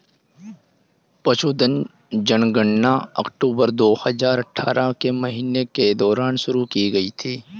पशुधन जनगणना अक्टूबर दो हजार अठारह के महीने के दौरान शुरू की गई थी